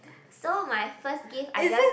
so my first gift I just